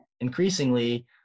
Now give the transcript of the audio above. increasingly